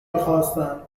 میخواستند